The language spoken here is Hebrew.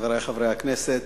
חברי חברי הכנסת,